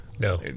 No